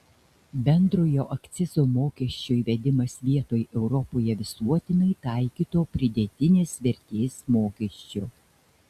bendrojo akcizo mokesčio įvedimas vietoj europoje visuotinai taikyto pridėtinės vertės mokesčio